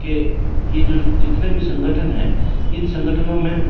कि ये जो जितने भी संगठन है इन संगठनों में